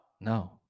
No